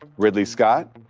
ridley scott,